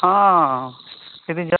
ᱦᱮᱸ ᱡᱮᱫᱤᱱ